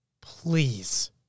Please